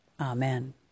Amen